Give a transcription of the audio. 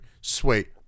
Sweet